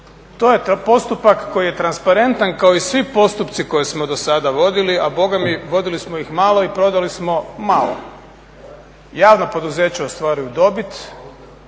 To je postupak koji je transparentan kao i svi postupci koje smo do sada vodili, a … vodili smo ih malo i prodali smo ih malo. Javna poduzeća ostvaruju dobit,